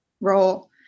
role